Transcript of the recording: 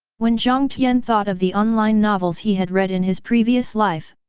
when jiang tian thought of the online novels he had read in his previous life,